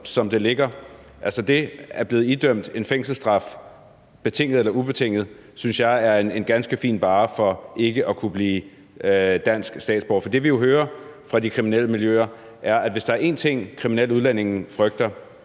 som det ligger. Det at være blevet idømt en fængselsstraf, betinget eller ubetinget, synes jeg er en ganske fin barre for ikke at kunne blive dansk statsborger. For det, vi jo hører fra de kriminelle miljøer, er, at hvis der er én ting, kriminelle udlændinge frygter,